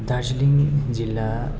दार्जिलिङ जिल्ला